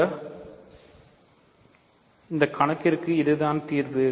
இந்த கணக்கிற்கு இதுதான் தீர்வு